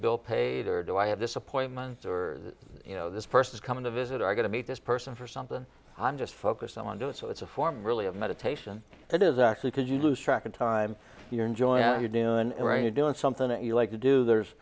bill paid or do i have this appointment or you know this person is coming to visit are going to meet this person for something i'm just focused on doing so it's a form really of meditation it is actually because you lose track of time you're enjoying you do in iran you're doing something that you like to do there's